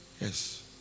Yes